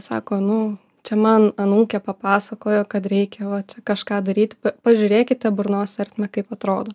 sako nu čia man anūkė papasakojo kad reikia va čia kažką daryti pažiūrėkite burnos ertmę kaip atrodo